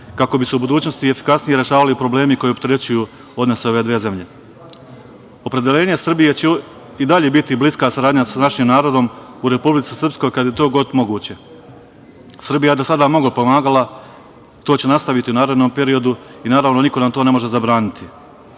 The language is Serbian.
kako bi se u budućnosti efikasnije rešavali problemi koji opterećuju odnose ove dve zemlje. Opredeljenje Srbije će i dalje biti bliska saradnja sa našim narodom u Republici Srpskoj kada je to god moguće. Srbija je do sada mnogo pomagala. To će i nastaviti u narednom periodu i to nam niko ne može zabraniti. Svakako,